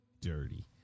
dirty